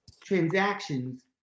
transactions